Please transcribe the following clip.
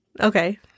Okay